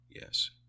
yes